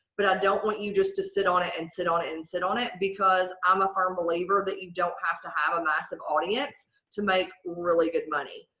but i don't want you just to sit on it and sit on it and sit on it because i'm a firm believer that you don't have to have a massive audience to make really good money.